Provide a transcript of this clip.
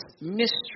mystery